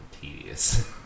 tedious